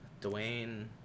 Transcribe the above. Dwayne